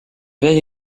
vieil